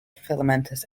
filamentous